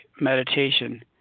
meditation